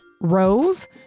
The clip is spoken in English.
Rose